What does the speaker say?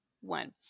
one